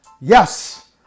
Yes